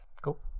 cool